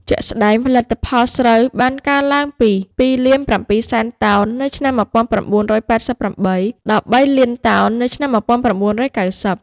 ជាក់ស្តែង ផលិតផលស្រូវបានកើនឡើងពី ២,៧០០,០០០ តោននៅឆ្នាំ១៩៨៨ ដល់ ៣,០០០,០០០ តោននៅឆ្នាំ១៩៩០។